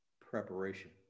Preparation